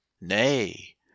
nay